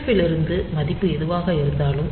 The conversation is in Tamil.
எஃப் இலிருந்து மதிப்பு எதுவாக இருந்தாலும்